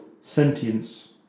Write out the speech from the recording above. Sentience